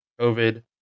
COVID